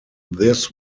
this